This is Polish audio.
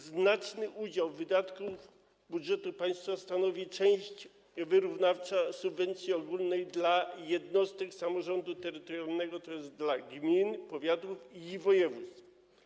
Znaczną część wydatków budżetu państwa stanowi część wyrównawcza subwencji ogólnej dla jednostek samorządu terytorialnego, tj. gmin, powiatów i województw.